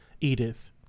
Edith